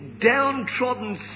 downtrodden